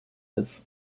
ist